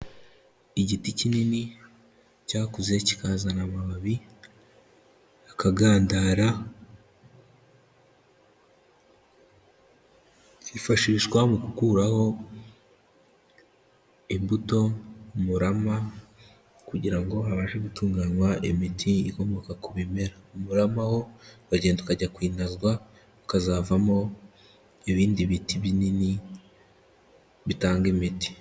Igiti kinini cyakuze kikazana amababi akagandara, yifashishwa mu gukuraho imbuto, umurama kugira ngo habashe gutunganywa imiti ikomoka ku bimera. Umurama wo uragenda ukajya kwinazwa ukazavamo ibindi biti binini bitanga imiti.